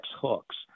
hooks